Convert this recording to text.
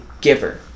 giver